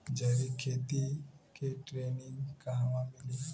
जैविक खेती के ट्रेनिग कहवा मिली?